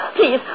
please